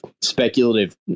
speculative